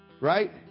Right